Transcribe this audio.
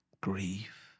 grief